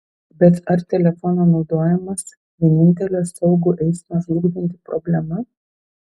bet ar telefono naudojimas vienintelė saugų eismą žlugdanti problema